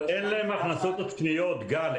אבל אין להם הכנסות עצמיות, גל.